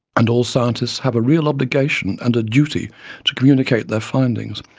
and all scientists have a real obligation and ah duty to communicate their findings.